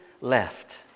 left